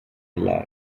life